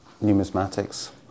numismatics